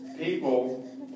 People